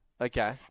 Okay